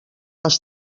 les